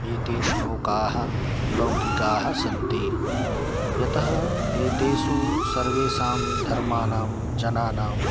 एते श्लोकाः लौकिकाः सन्ति यतः एतेषु सर्वेषां धर्माणां जनानां